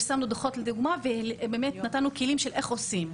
פרסמנו דוחות לדוגמה ונתנו כלים איך עושים.